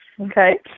Okay